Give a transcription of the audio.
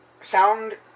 Sound